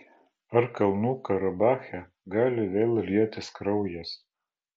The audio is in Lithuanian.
ar kalnų karabache gali vėl lietis kraujas